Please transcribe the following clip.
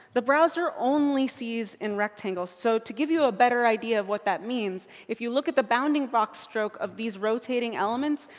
the browser only sees in rectangles. so to give you a better idea of what that means, if you look at the bounding box stroke of these rotating elements,